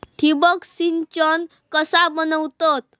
ठिबक सिंचन कसा बनवतत?